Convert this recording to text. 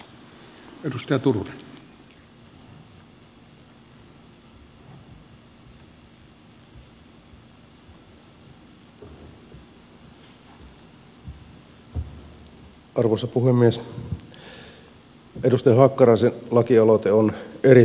edustaja hakkaraisen lakialoite on erittäin hyvä